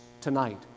tonight